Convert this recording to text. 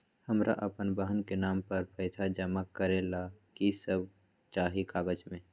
हमरा अपन बहन के नाम पर पैसा जमा करे ला कि सब चाहि कागज मे?